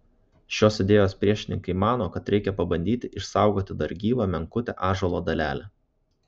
šios idėjos priešininkai mano kad reikia pabandyti išsaugoti dar gyvą menkutę ąžuolo dalelę